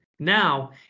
now